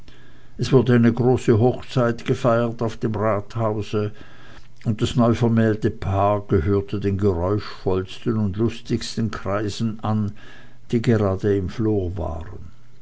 es wurde eine große hochzeit gefeiert auf dem rathause und das neuvermählte paar gehörte den geräuschvollsten und lustigsten kreisen an die gerade im flor waren